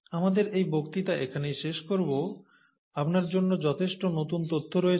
আমাদের এই বক্তৃতা এখানে শেষ করব আপনার জন্য যথেষ্ট নতুন তথ্য রয়েছে